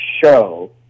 show